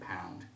pound